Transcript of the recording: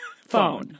phone